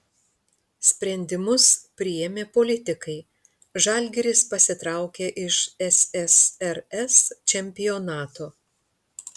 sprendimus priėmė politikai žalgiris pasitraukė iš ssrs čempionato